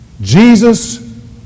Jesus